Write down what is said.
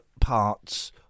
parts